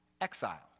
exile